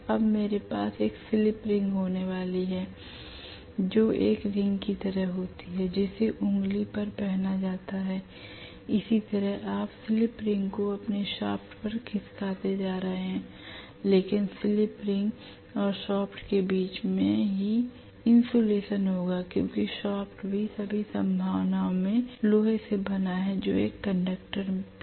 अब मेरे पास एक स्लिप रिंग होने वाली है जो एक रिंग की तरह होती है जिसे उंगली पर पहना जाता है इसी तरह आप स्लिप रिंग को अपने शाफ्ट पर खिसकाते जा रहे हैं लेकिन स्लिप रिंग और शाफ्ट के बीच में ही इंसुलेशन होगा क्योंकि शाफ्ट भी सभी संभावनाओं में लोहे से बना है जो एक कंडक्टर भी है